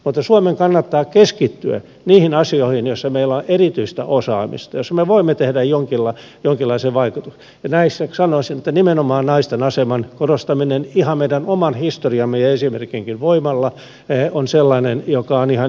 mutta suomen kannattaa keskittyä niihin asioihin joissa meillä on erityistä osaamista jolla me voimme tehdä jonkinlaisen vaikutuksen ja sanoisin että nimenomaan naisten aseman korostaminen ihan meidän oman historiamme ja esimerkkimmekin voimalla on sellainen joka on ihan ykkösprioriteetti